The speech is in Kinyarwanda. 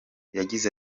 yagize